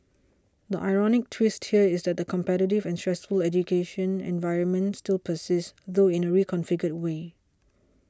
the ironic twist here is that the competitive and stressful education environment still persists though in a reconfigured way